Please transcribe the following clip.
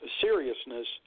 seriousness